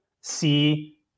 see